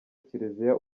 kiliziya